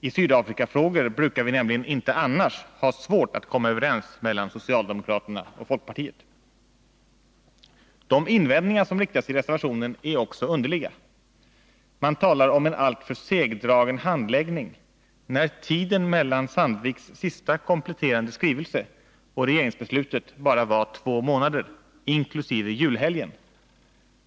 I Sydafrikafrågor brukar det nämligen inte annars vara svårt att komma överens mellan socialdemokraterna och folkpartiet. De invändningar som framförs i reservationen är också underliga. Man talar om en alltför segdragen handläggning, när tiden mellan Sandviks sista, kompletterande skrivelse och regeringsbeslutet bara var två månader, inkl. julhelgen.